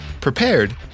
prepared